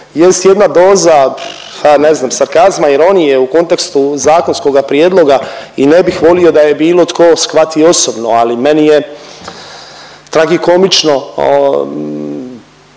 jest jedna doza, a ne znam sarkazma, ironije u kontekstu zakonskoga prijedloga i ne bih volio da je bilo tko shvati osobno, ali meni je tragikomično